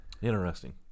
Interesting